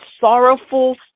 sorrowful